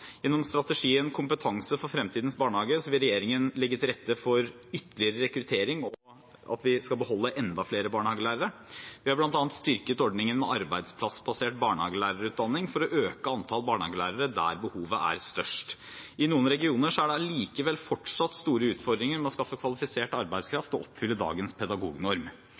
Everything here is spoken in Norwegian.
Gjennom strategien Kompetanse for fremtidens barnehage vil regjeringen legge til rette for ytterligere rekruttering, og at vi skal beholde enda flere barnehagelærere. Vi har bl.a. styrket ordningen med arbeidsplassbasert barnehagelærerutdanning for å øke antallet barnehagelærere der behovet er størst. I noen regioner er det allikevel fortsatt store utfordringer med å skaffe kvalifisert arbeidskraft til å oppfylle dagens pedagognorm.